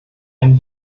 ein